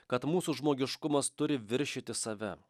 kad mūsų žmogiškumas turi viršyti save